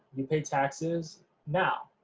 you pay taxes now,